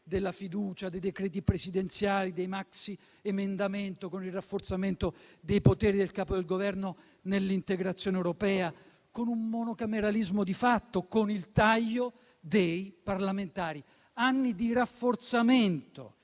della fiducia, dei decreti presidenziali, dei maxiemendamenti, con il consolidamento dei poteri del Capo del Governo nell'integrazione europea, con un monocameralismo di fatto, con il taglio dei parlamentari. Anni di rafforzamento